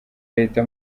leta